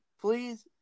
please